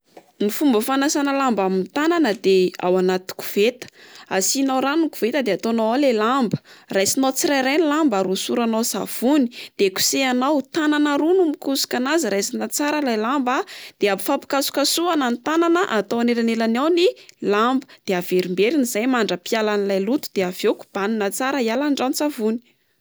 Ny fomba fanasana lamba amin'ny tanana de ao anaty koveta, asianao rano ny koveta de ataonao ao ilay lamba. Raisinao tsirairay ny lamba ary osoranao savony de kosehanao tanana roa no mikosoka an'azy raisina tsara ilay lamba a de ampifampikasokasoana ny tanana atao ao anelanelany ao ny lamba de averimberina izay mandra-piala an'ilay loto de aveo kobanina tsara hiala ny ranon-tsavony.